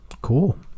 Cool